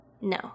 no